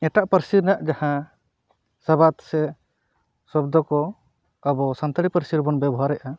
ᱮᱴᱟᱜ ᱯᱟᱹᱨᱥᱤ ᱨᱮᱱᱟᱜ ᱡᱟᱦᱟᱸ ᱥᱟᱵᱟᱫᱽ ᱥᱮ ᱥᱚᱵᱫᱚ ᱠᱚ ᱟᱵᱚ ᱥᱟᱱᱛᱟᱲᱤ ᱯᱟᱹᱨᱥᱤ ᱨᱮᱵᱚᱱ ᱵᱮᱵᱚᱦᱟᱨᱮᱫᱼᱟ